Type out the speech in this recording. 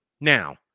Now